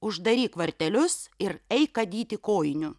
uždaryk vartelius ir eik adyti kojinių